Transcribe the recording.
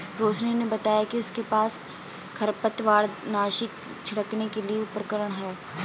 रोशिनी ने बताया कि उसके पास खरपतवारनाशी छिड़कने के लिए उपकरण है